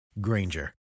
Granger